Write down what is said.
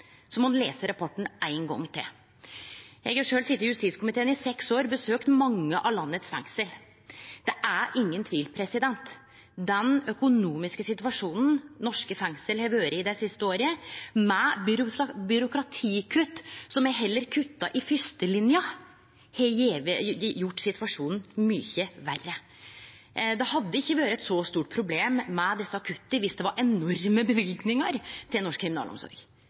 må ein lese rapporten ein gong til. Eg har sjølv sete i justiskomiteen i seks år og besøkt mange av landets fengsel. Det er ingen tvil: Den økonomiske situasjonen norske fengsel har vore i dei siste åra, med byråkratikutt, at me heller kuttar i fyrstelinja, har gjort situasjonen mykje verre. Det hadde ikkje vore eit så stort problem med desse kutta viss det var enorme løyvingar til norsk kriminalomsorg,